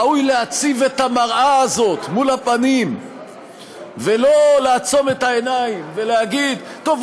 ראוי להציב את המראה הזאת מול הפנים ולא לעצום את העיניים ולהגיד: טוב,